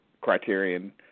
Criterion